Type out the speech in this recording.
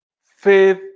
faith